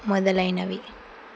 మొదలైనవి